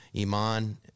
iman